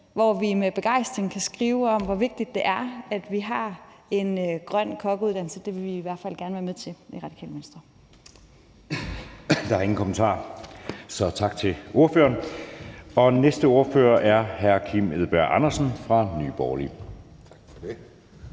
hvor vi med begejstring kan skrive om, hvor vigtigt det er, at vi har en grøn kokkeuddannelse. Det vil vi i hvert fald gerne være med til i Radikale Venstre. Kl. 19:54 Anden næstformand (Jeppe Søe): Der er ingen kommentarer, så tak til ordføreren. Næste ordfører er hr. Kim Edberg Andersen fra Nye Borgerlige. Kl.